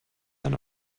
than